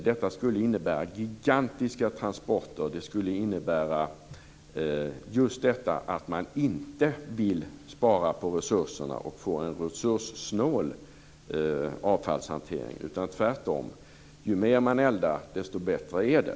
Detta skulle innebära gigantiska transporter och att man inte sparade på resurserna och strävade efter en resurssnål avfallshantering. Det skulle bli tvärtom - ju mer man eldar, desto bättre är det.